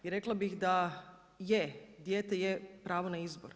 I rekla bi, da je, dijete je pravo na izbor.